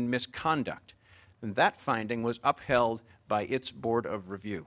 in misconduct and that finding was upheld by its board of review